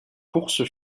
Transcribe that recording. course